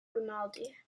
grimaldi